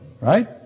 right